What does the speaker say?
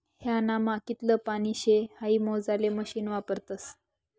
ह्यानामा कितलं पानी शे हाई मोजाले मशीन वापरतस